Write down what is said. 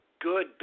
good